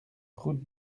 route